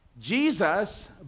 Jesus